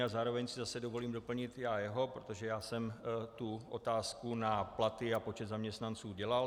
A zároveň si zase dovolím doplnit já jeho, protože jsem otázku na platy a počet zaměstnanců dělal.